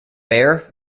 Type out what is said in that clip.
bear